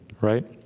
right